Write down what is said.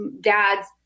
dads